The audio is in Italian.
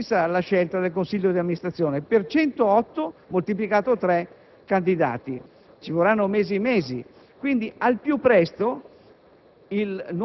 ciascun candidato della rosa verrà sentito dal consiglio di amministrazione - questo è previsto dal bando - e dovrà